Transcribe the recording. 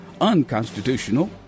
unconstitutional